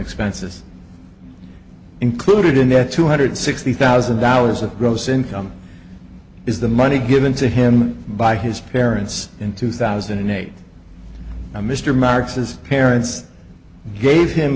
expenses included in their two hundred sixty thousand dollars of gross income is the money given to him by his parents in two thousand and eight by mr marks his parents gave him